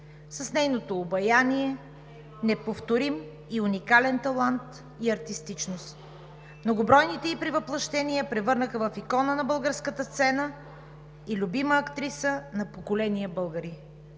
с нейното обаяние, неповторим и уникален талант и артистичност. Многобройните ѝ превъплъщения я превърнаха в икона на българската сцена и любима актриса на поколения българи.